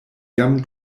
jam